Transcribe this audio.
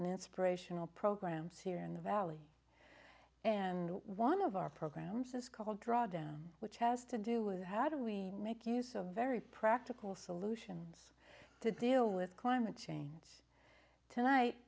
and inspirational programs here in the valley and one of our programs is called draw down which has to do with how do we make use of very practical solutions to deal with climate change tonight